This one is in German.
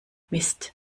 mist